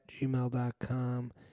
gmail.com